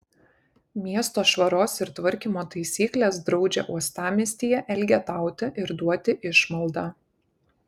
miesto švaros ir tvarkymo taisyklės draudžia uostamiestyje elgetauti ir duoti išmaldą